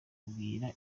abwira